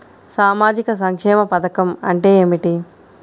సామాజిక సంక్షేమ పథకం అంటే ఏమిటి?